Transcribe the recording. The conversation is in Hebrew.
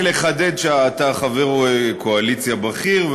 רק לחדד שאתה חבר קואליציה בכיר,